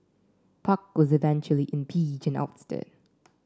park was eventually impeached and ousted